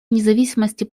независимости